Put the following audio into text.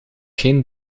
geen